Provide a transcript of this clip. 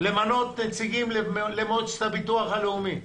למנות נציגים למועצת הביטוח הלאומי.